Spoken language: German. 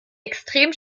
extrem